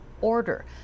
order